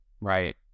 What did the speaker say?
right